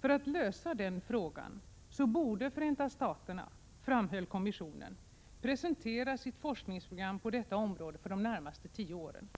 För att lösa denna fråga borde Förenta staterna, framhöll kommissionen, presentera sitt forskningsprogram på detta område för de närmaste tio åren.